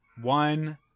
one